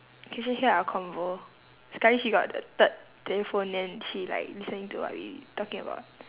can she hear our convo sekali she got the third telephone then she like listening to what we talking about